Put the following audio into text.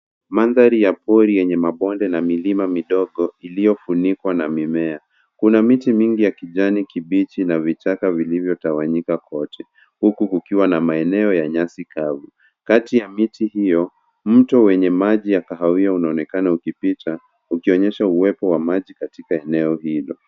Mandhari ya pori ina mabonde na milima midogo iliyojaa mimea. Kuna miti mingi yenye majani ya kijani kibichi na vitaka vimetawanyika kila mahali, huku pia kuna maeneo yenye nyasi ndefu. Kati ya miti hiyo, mto wenye maji ya kahawia unaonekana ukipita, ukionyesha uwepo wa maji katika eneo hilo.